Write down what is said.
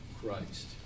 Christ